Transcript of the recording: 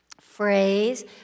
phrase